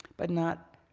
but not